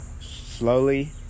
slowly